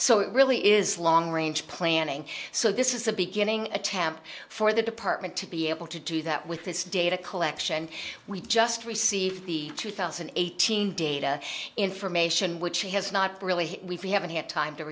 so it really is long range planning so this is the beginning attempt for the department to be able to do that with this data collection we've just received the two thousand and eighteen data information which he has not really we haven't had time to